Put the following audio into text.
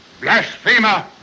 Blasphemer